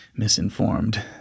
Misinformed